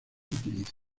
utiliza